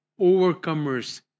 Overcomers